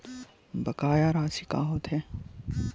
बकाया राशि का होथे?